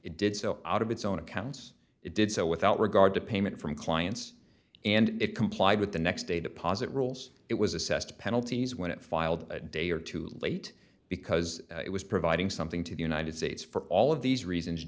it did so out of its own accounts it did so without regard to payment from clients and it complied with the next day deposit rules it was assessed penalties when it filed a day or two late because it was providing something to the united states for all of these reasons